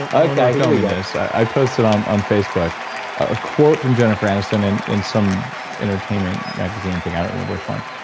you know yeah this, i posted on on facebook a quote from jennifer aniston and in some entertainment magazine thing, i don't remember which one.